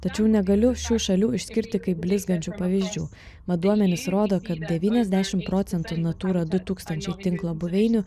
tačiau negaliu šių šalių išskirti kaip blizgančių pavyzdžių mat duomenys rodo kad devyniasdešim procentų natūra du tūkstančiai tinklo buveinių